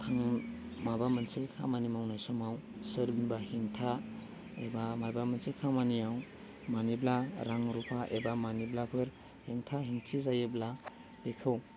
थां माबा मोनसे खामानि मावनाय समाव सोरनिबा हेंथा एबा माबा मोनसे खामानियाव मानिबा रां रुफा एबा मानिब्लाफोर हेंथा हेंथि जायोब्ला बेखौ